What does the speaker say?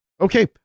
okay